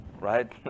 right